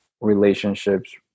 relationships